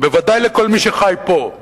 בוודאי לכל מי שחי פה,